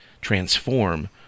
transform